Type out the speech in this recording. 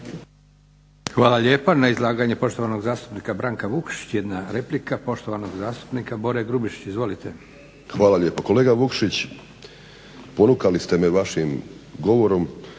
Hvala lijepa. Na izlaganje poštovanog zastupnika Branka Vukšića jedna replika poštovanog zastupnika Bore Grubišića. Izvolite. **Grubišić, Boro (HDSSB)** Hvala lijepo. Kolega Vukšić ponukali ste me vašim govorom